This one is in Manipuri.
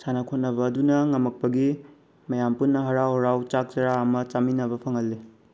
ꯁꯥꯟꯅ ꯈꯣꯠꯅꯕ ꯑꯗꯨꯅ ꯉꯝꯃꯛꯄꯒꯤ ꯃꯌꯥꯝ ꯄꯨꯟꯅ ꯍꯥꯔꯥꯎ ꯍꯥꯔꯥꯎ ꯆꯥꯛ ꯆꯥꯔ ꯑꯃ ꯆꯥꯃꯤꯟꯅꯕ ꯐꯪꯍꯜꯂꯤ